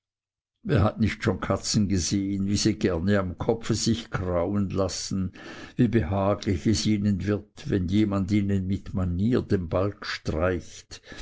wer hat nicht schon katzen gesehen wie gerne sie am kopfe sich krauen lassen wie behaglich es ihnen wird wenn jemand ihnen mit manier den balg streicht